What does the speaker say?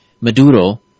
Maduro